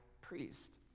priest